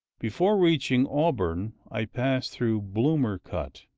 before reaching auburn i pass through bloomer cut,